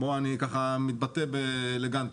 אני מתבטא באלגנטיות.